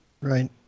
Right